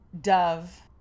Dove